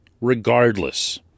regardless